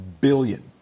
billion